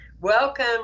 Welcome